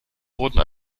wurden